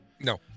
No